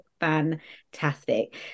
Fantastic